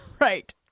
Right